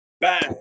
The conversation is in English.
Bang